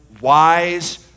wise